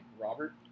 Robert